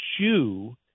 Jew